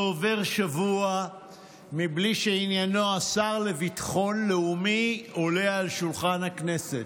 לא עובר שבוע מבלי שעניינו של השר לביטחון לאומי עולה על שולחן הכנסת.